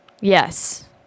Yes